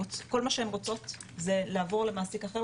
כל מה שהן רוצות זה לעבור למעסיק אחר,